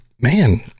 man